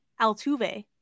Altuve